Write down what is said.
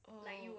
oh